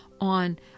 on